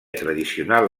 tradicional